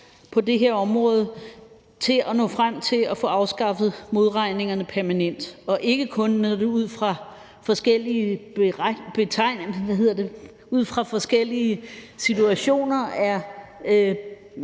på det her område, til at nå frem til at få afskaffet modregningerne permanent og ikke kun, når det i forskellige situationer er